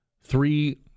Three